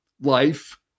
life